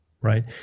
right